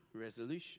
resolution